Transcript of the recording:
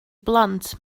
blant